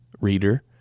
reader